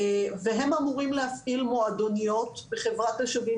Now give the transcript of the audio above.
והם אמורים להפעיל מועדוניות בחברת השווים,